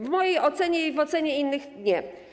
W mojej ocenie i ocenie innych - nie.